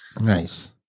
Nice